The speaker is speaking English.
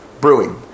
brewing